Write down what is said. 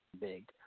big